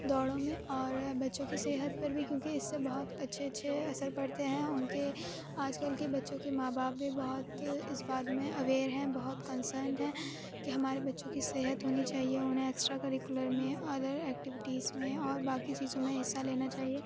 دوڑوں میں اور بچوں کی صحت پر بھی کیونکہ اِس سے بہت اچھے اچھے اثر پڑتے ہیں اُن کے آج کل کے بچوں کے ماں باپ بھی بہت اِس بات میں اویر ہیں بہت کنسرن ہیں کہ ہمارے بچوں کی صحت ہونی چاہیے اُنہیں اکسٹرا کریکلر میں اور ایکٹوٹیز میں اور باقی چیزوں میں حصّہ لینا چاہیے